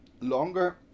longer